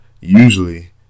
Usually